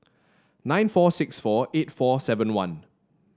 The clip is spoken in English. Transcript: nine four six four eight four seven one